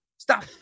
stop